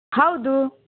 ಹೌದು